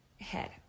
head